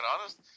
honest